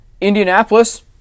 Indianapolis